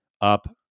up